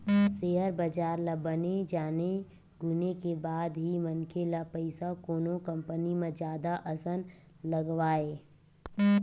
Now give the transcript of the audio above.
share बजार ल बने जाने गुने के बाद ही मनखे ल पइसा कोनो कंपनी म जादा असन लगवाय